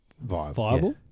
viable